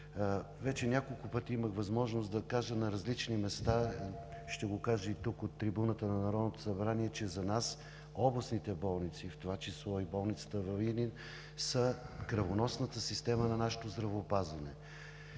Вече няколко пъти имах възможност да кажа на различни места, ще го кажа и тук, от трибуната на Народното събрание, че за нас областните болници, в това число и болницата във Видин, са кръвоносната система в нашето здравеопазване.